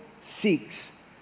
seeks